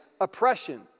oppression